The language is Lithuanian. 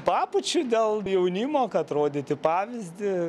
papūčiu dėl jaunimo kad rodyti pavyzdį